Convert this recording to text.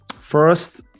First